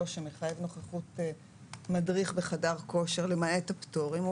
שמחייב נוכחות מדריך בחדר כושר למעט הפטורים,